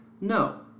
No